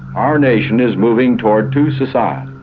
our nation is moving toward two societies,